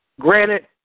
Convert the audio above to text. granted